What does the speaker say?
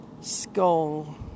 skull